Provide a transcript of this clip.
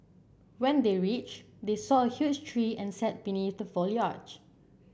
when they reached they saw a huge tree and sat beneath the foliage